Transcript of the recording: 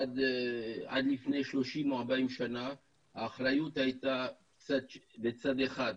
עד לפני 30 או 40 שנה האחריות הייתה בצד אחד,